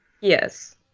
Yes